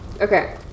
Okay